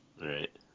Right